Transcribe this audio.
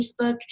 Facebook